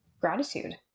gratitude